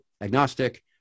agnostic